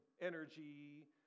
energy